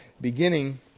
beginning